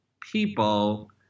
people